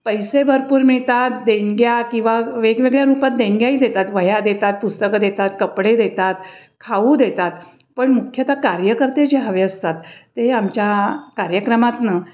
पैसे भरपूर मिळतात देणग्या किंवा वेगवेगळ्या रूपात देणग्याही देतात वह्या देतात पुस्तकं देतात कपडे देतात खाऊ देतात पण मुख्यतः कार्यकर्ते जे हवे असतात ते आमच्या कार्यक्रमातून